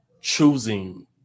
choosing